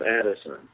Addison